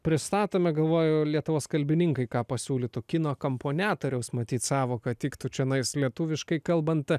pristatome galvoju lietuvos kalbininkai ką pasiūlytų kino kamponetoriaus matyt sąvoka tiktų čionais lietuviškai kalbant